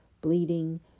bleeding